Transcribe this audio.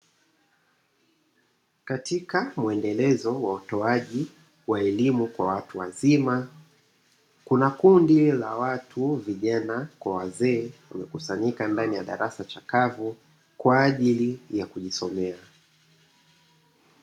Katika muendelezo wa utoaji wa elimu kwa watu wazima, kuna kundi la watu (vijana kwa wazee) wamekusanyika ndani ya darasa chakavu kwa ajili ya kujisomea.